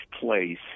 place